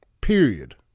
Period